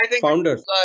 founders